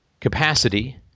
capacity